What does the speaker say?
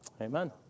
Amen